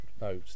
No